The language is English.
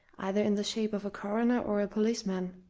either in the shape of a coroner or a policeman,